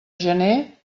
gener